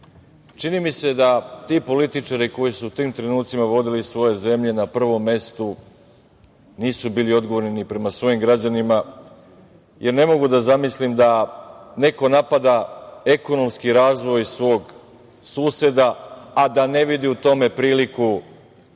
čini mi se da ti političari koji su u tim trenucima vodili svoje zemlje, na prvom mestu, nisu bili odgovorni ni prema svojim građanima, jer ne mogu da zamislim da neko napada ekonomski razvoj svog suseda, a da ne vidi u tome priliku da